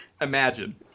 Imagine